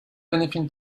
anything